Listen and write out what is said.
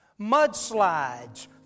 Mudslides